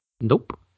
Nope